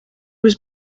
was